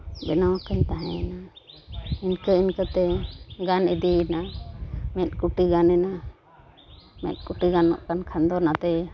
ᱵᱮᱱᱟᱣ ᱟᱠᱟᱫᱟᱹᱧ ᱛᱟᱦᱮᱸᱭᱮᱱᱟ ᱤᱱᱠᱛᱟᱹᱼᱤᱱᱠᱟᱹᱛᱮ ᱜᱟᱱ ᱤᱫᱤᱭᱮᱱᱟ ᱢᱮᱫ ᱠᱩᱴᱤ ᱜᱟᱱᱮᱱᱟ ᱢᱮᱫ ᱠᱩᱴᱤ ᱜᱟᱱᱚᱜ ᱠᱟᱱ ᱠᱷᱟᱱ ᱫᱚ ᱱᱷᱟᱛᱮ